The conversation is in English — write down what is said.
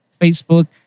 Facebook